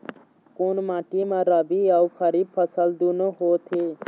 कोन माटी म रबी अऊ खरीफ फसल दूनों होत हे?